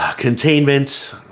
containment